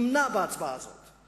ונמנע בהצבעה הזאת.